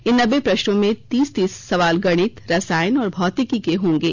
इन नब्बे प्रश्नों में तीस तीस सवाल गणित रसायन और भौतिकी के होंगे